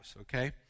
Okay